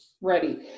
ready